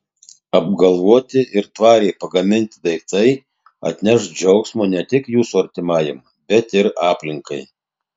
apgalvoti ir tvariai pagaminti daiktai atneš džiaugsmo ne tik jūsų artimajam bet ir aplinkai